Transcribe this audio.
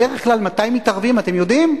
בדרך כלל מתי מתערבים, אתם יודעים?